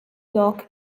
lock